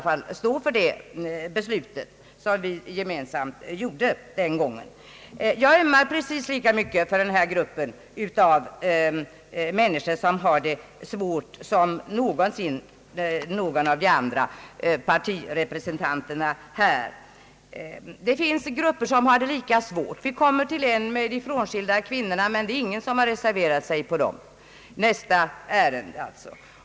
Vi får väl ändå stå för det beslut som vi gemensamt fattade den gången. Jag ömmar i lika hög grad som någon av de andra partirepresentanterna för denna grupp av människor, av vil ka många utan tvivel har det svårt. Det finns emellertid grupper som har det lika svårt. I nästa ärende på föredragningslistan behandlas de frånskilda kvinnorna, men ingen har reserverat sig beträffande dem.